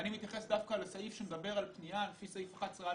אני מתייחס לסעיף שמדבר על פניה לפי סעיף 11א